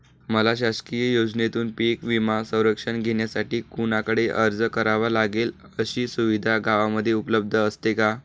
मला शासकीय योजनेतून पीक विमा संरक्षण घेण्यासाठी कुणाकडे अर्ज करावा लागेल? अशी सुविधा गावामध्ये उपलब्ध असते का?